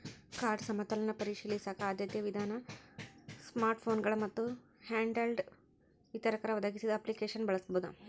card ಸಮತೋಲನ ಪರಿಶೇಲಿಸಕ ಆದ್ಯತೆಯ ವಿಧಾನ ಸ್ಮಾರ್ಟ್ಫೋನ್ಗಳ ಮತ್ತ ಹ್ಯಾಂಡ್ಹೆಲ್ಡ್ ವಿತರಕರ ಒದಗಿಸಿದ ಅಪ್ಲಿಕೇಶನ್ನ ಬಳಸೋದ